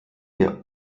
der